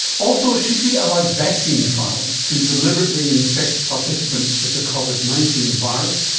also, should we allow vaccine trials to deliberately infect participants with the covid nineteen virus,